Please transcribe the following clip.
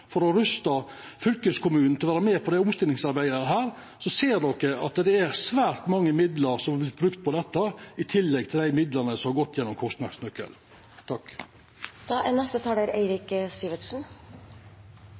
for å rusta fylkeskommunane til å vera med på dette omstillingsarbeidet, ser ein at det er vorte brukt svært store midlar på dette, i tillegg til dei midlane som har gått gjennom